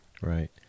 Right